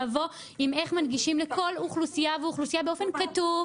לבוא עם איך מנגישים לכל אוכלוסייה ואוכלוסייה באופן כתוב,